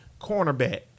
cornerback